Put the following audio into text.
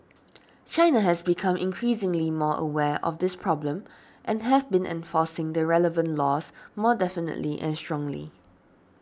China has become increasingly more aware of this problem and have been enforcing the relevant laws more definitely and strongly